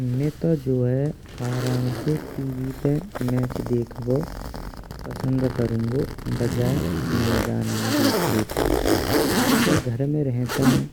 मैं तो जो है आराम ते टीवी पे मैच देखबो पसंद करुंगो बजायिए मैदान में देखबैते। चूंके घर में रहंतायें